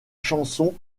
chansons